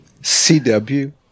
CW